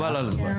חבל על הזמן.